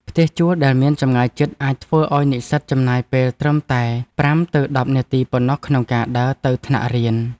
ផ្ទះជួលដែលមានចម្ងាយជិតអាចធ្វើឱ្យនិស្សិតចំណាយពេលត្រឹមតែប្រាំទៅដប់នាទីប៉ុណ្ណោះក្នុងការដើរទៅកាន់ថ្នាក់រៀន។